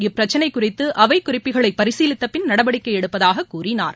இப்பிரச்சினை குறித்து அவை குறிப்புகளை பரிசீலித்த பின் நடவடிக்கை எடுப்பதாக கூறினார்